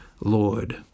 Lord